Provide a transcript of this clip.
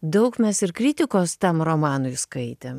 daug mes ir kritikos tam romanui skaitėm